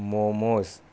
momos